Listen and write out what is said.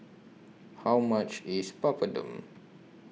How much IS Papadum